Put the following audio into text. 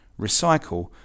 recycle